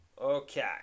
Okay